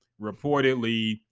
reportedly